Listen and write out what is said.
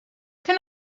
can